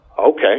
Okay